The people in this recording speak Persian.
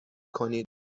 کنید